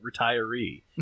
retiree